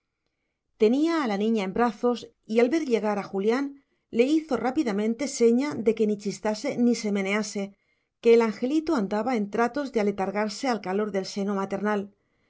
tenía a la niña en brazos y al ver llegar a julián le hizo rápidamente seña de que ni chistase ni se menease que el angelito andaba en tratos de aletargarse al calor del seno maternal